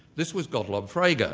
this was gottlob frege,